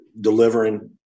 delivering